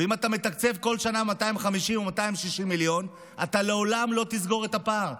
ואם אתה מתקצב כל שנה 250 או 260 מיליון אתה לעולם לא תסגור את הפער,